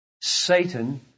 Satan